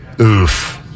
oof